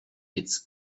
its